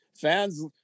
fans